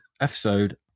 episode